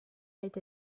hält